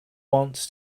wants